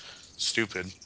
stupid